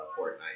Fortnite